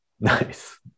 Nice